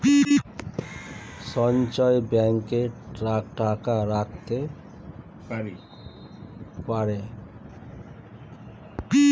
সঞ্চয় ব্যাংকে কারা টাকা রাখতে পারে?